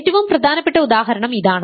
ഏറ്റവും പ്രധാനപ്പെട്ട ഉദാഹരണം ഇതാണ്